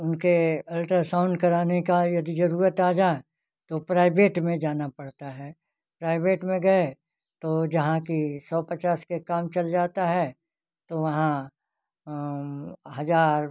उनके अल्ट्रासाउन कराने का यदि ज़रूरत आ जाए तो प्राइवेट में जाना पड़ता है प्राइवेट में गए तो जहाँ कि सौ पचास के काम चल जाता है तो वहाँ हज़ार